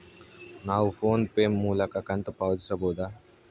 ನಾವು PhonePe ಮೂಲಕ ಕಂತು ಪಾವತಿಸಬಹುದಾ?